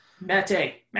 Mate